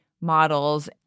models